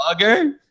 Blogger